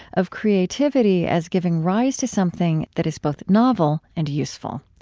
of creativity as giving rise to something that is both novel and useful.